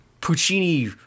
Puccini